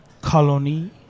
Colony